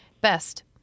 Best